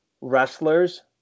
wrestlers